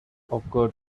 occurred